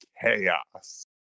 chaos